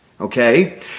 okay